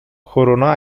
کرونا